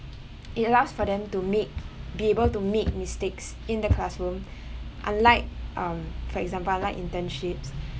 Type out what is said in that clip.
it allows for them to make be able to make mistakes in the classroom I like um for example I like internships